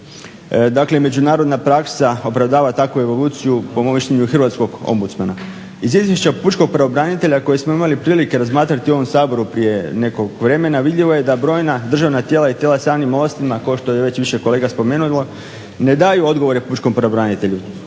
Dakle, međunarodna praksa opravdava takvu evoluciju, po mom mišljenju i Hrvatskog ombudsmana. Iz izvješća pučkog pravobranitelja koje smo imali prilike razmatrati u ovom Saboru prije nekog vremena vidljivo je da brojna državna tijela i tijela s javnim ovlastima, kao što je već više kolega spomenuo, ne daju odgovore pučkom pravobranitelju.